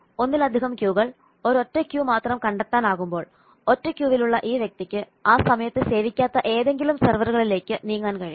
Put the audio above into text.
ഒന്നിലധികം ക്യൂകൾ ഒരൊറ്റ ക്യൂ മാത്രം കണ്ടെത്താനാകുമ്പോൾ ഒറ്റ ക്യൂവിലുള്ള ഈ വ്യക്തിക്ക് ആ സമയത്ത് സേവിക്കാത്ത ഏതെങ്കിലും സെർവറുകളിലേക്ക് നീങ്ങാൻ കഴിയും